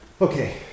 okay